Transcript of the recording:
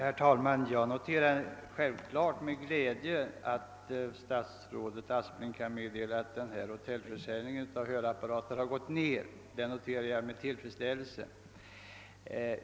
Herr talman! Jag noterar givetvis med glädje att statsrådet Aspling kan meddela, att hotellförsäljningen av hörapparater gått ned.